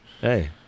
Hey